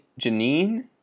Janine